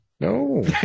No